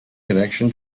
connection